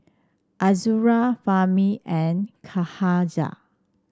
Azura Fahmi and Cahaya